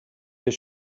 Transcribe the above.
your